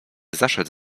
zaszedł